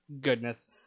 Goodness